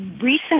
recent